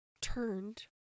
turned